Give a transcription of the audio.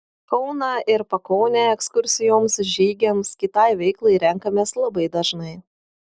kauną ir pakaunę ekskursijoms žygiams kitai veiklai renkamės labai dažnai